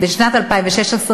ושנת 2016,